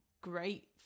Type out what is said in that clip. great